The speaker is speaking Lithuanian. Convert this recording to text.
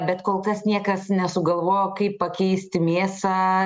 bet kol kas niekas nesugalvojo kaip pakeisti mėsą